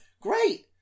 Great